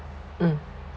mm